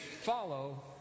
follow